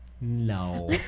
No